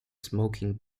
smoking